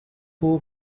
who